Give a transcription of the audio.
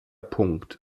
punkt